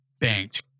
banked